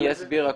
אני אסביר הכול.